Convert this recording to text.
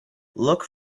look